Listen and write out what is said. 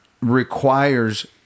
requires